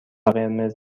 قرمز